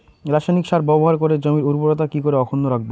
রাসায়নিক সার ব্যবহার করে জমির উর্বরতা কি করে অক্ষুণ্ন রাখবো